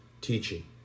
teaching